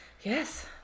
Yes